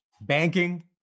banking